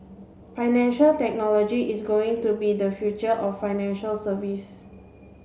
financial technology is going to be the future of financial service